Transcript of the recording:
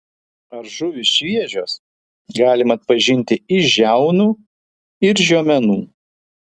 ar žuvys šviežios galima atpažinti iš žiaunų ir žiomenų